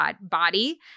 body